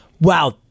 wow